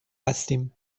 هستیم